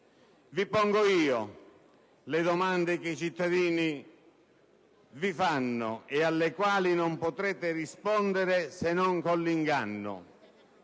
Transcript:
Vi pongo io le domande che i cittadini vorrebbero farvi e alle quali non potrete rispondere se non con l'inganno.